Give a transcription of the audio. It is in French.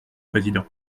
président